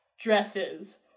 Dresses